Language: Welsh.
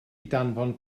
danfon